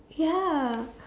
ya